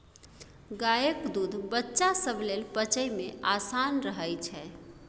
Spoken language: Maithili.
गायक दूध बच्चा सब लेल पचइ मे आसान रहइ छै